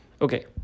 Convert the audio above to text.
Okay